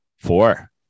Four